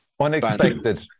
Unexpected